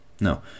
No